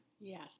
Yes